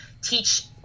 teach –